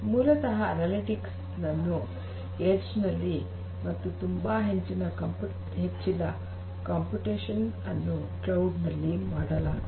ಮೂಲತಃ ಅನಲಿಟಿಕ್ಸ್ ಅನ್ನು ಎಡ್ಜ್ ನಲ್ಲಿ ಮತ್ತು ತುಂಬಾ ಹೆಚ್ಚಿನ ಕಂಪ್ಯೂಟೇಷನ್ ಅನ್ನು ಕ್ಲೌಡ್ ನಲ್ಲಿ ಮಾಡಲಾಗುವುದು